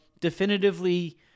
definitively